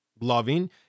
loving